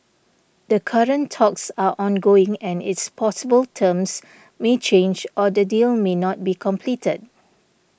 the current talks are ongoing and it's possible terms may change or the deal may not be completed